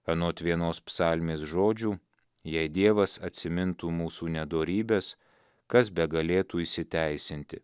anot vienos psalmės žodžių jei dievas atsimintų mūsų nedorybes kas begalėtų įsiteisinti